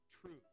truth